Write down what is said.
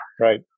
right